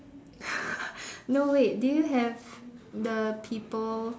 no wait do you have the people